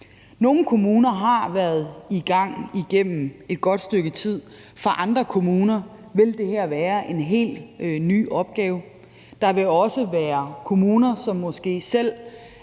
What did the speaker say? Nogle kommuner har været i gang igennem et godt stykke tid. For andre kommuner vil det her være en helt ny opgave. Der vil også være kommuner, som måske selv